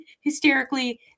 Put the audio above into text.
hysterically